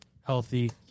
healthy